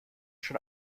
schon